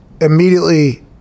immediately